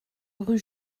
rue